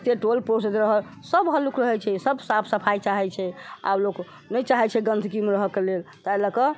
जतेक टोल पड़ोससभ हल्लुक रहै छै सभ साफ सफाइ चाहै छै आब लोक नहि चाहै छै गन्दगीमे रहयके लेल ताहि लए कऽ